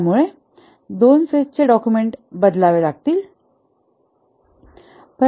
त्यामुळे दोन फेजचे डॉक्युमेंट बदलावे लागतील